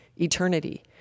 eternity